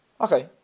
Okay